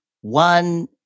one